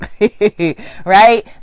right